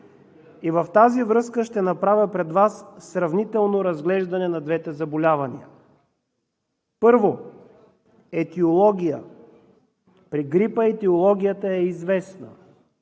и в тази връзка ще направя пред Вас сравнително разглеждане на двете заболявания! Първо, етиология. При грипа етиологията е известна